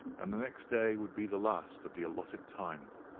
and the next day would be the last of the allotted time.